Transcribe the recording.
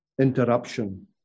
interruption